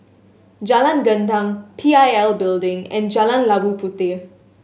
Jalan Gendang P I L Building and Jalan Labu Puteh